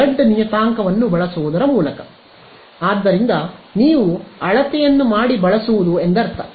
Z ನಿಯತಾಂಕವನ್ನು ಬಳಸುವುದರ ಮೂಲಕ ಆದ್ದರಿಂದ ನೀವು ಅಳತೆಯನ್ನು ಮಾಡಿ ಬಳಸುವುದು ಎಂದರ್ಥ